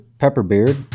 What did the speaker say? Pepperbeard